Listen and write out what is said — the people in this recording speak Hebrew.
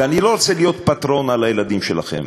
ואני לא רוצה להיות פטרון על הילדים שלכם.